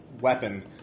weapon